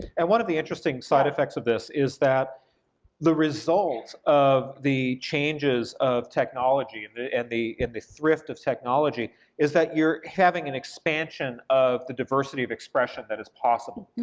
and one of the interesting side effects of this is that the results of the changes of technology and the and the thrift of technology is that you're having an expansion of the diversity of expression that is possible.